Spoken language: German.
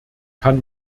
kann